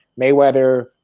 Mayweather